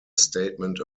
statement